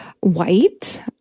white